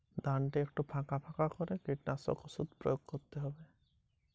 দুই একর জমিতে ধানের পোকা আটকাতে কি দেওয়া উচিৎ?